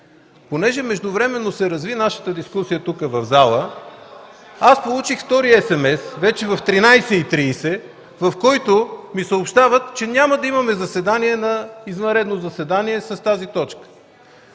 Понеже междувременно се разви нашата дискусия тук, в залата, получих втори есемес в 13,30 часа, в който ми съобщават, че няма да имаме извънредно заседание с тази точка.